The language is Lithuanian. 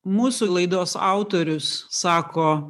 mūsų laidos autorius sako